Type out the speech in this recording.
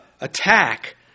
attack